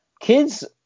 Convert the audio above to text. kids